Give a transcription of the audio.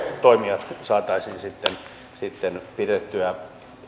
toimijat saataisiin pidettyä